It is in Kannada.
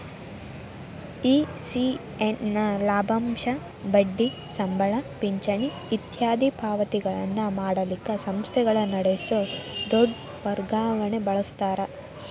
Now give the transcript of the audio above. ಇ.ಸಿ.ಎಸ್ ನ ಲಾಭಾಂಶ, ಬಡ್ಡಿ, ಸಂಬಳ, ಪಿಂಚಣಿ ಇತ್ಯಾದಿ ಪಾವತಿಗಳನ್ನ ಮಾಡಲಿಕ್ಕ ಸಂಸ್ಥೆಗಳ ನಡಸೊ ದೊಡ್ ವರ್ಗಾವಣಿಗೆ ಬಳಸ್ತಾರ